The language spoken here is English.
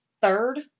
third